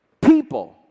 people